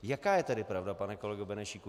Jaká je tedy pravda, pane kolego Benešíku?